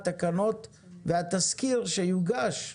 התקנות והתזכיר שיוגש.